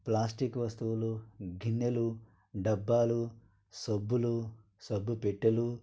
plastic వస్తువులు గిన్నెలు డబ్బాలు సబ్బులు సబ్బుపెట్టెలు